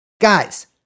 guys